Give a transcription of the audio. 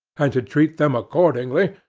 and to treat them accordingly,